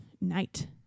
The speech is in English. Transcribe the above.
night